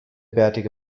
bärtige